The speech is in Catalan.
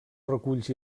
reculls